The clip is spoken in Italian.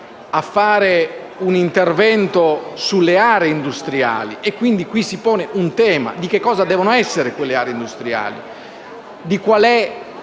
Grazie!